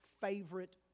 favorite